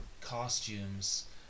costumes